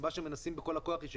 הסיבה שמנסים בכל הכוח היא,